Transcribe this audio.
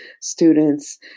students